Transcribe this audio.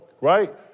right